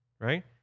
right